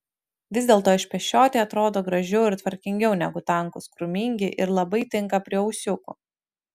vis dėlto išpešioti atrodo gražiau ir tvarkingiau negu tankūs krūmingi ir labai tinka prie ūsiukų